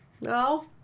No